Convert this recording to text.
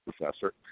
professor